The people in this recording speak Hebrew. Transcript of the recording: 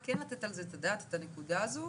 כן לתת את הדעת על הנקודה הזו.